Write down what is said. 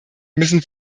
müssen